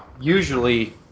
usually